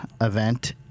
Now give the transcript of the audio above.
event